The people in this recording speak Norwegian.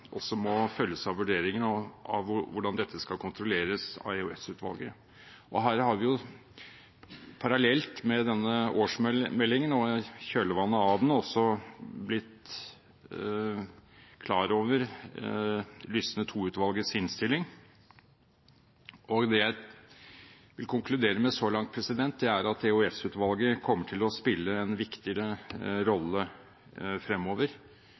også må følges av vurderingen av hvordan dette skal kontrolleres av EOS-utvalget. Her har vi jo parallelt med denne årsmeldingen og i kjølvannet av den også blitt klar over Lysne II-utvalgets innstilling. Det jeg vil konkludere med så langt, er at EOS-utvalget kommer til å spille en viktigere rolle fremover